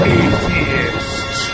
atheist